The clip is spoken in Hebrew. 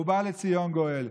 ובא לציון גואל.